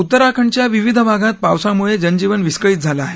उत्तराखंडाच्या विविध भागात पावसामुळे जनजीवन विस्कळीत झालं आहे